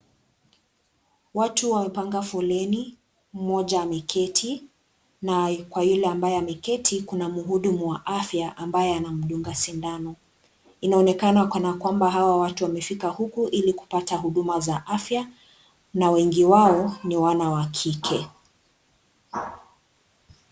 Watu wamepanga foleni mmoja ameketi na kwa yule ambaye ameketi kuna mhudumu wa afya ambaye anamdunga sindano , inaonekana kana kwamba hawa watu wamefika huku ili kupata huduma za afya na wengi wao ni wana wa kike.